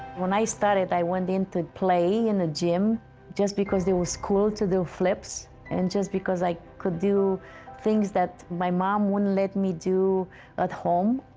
when i started, i went in to play in a gym just because it was cool to do flips and just because i could do things that my mom wouldn't let me do at home.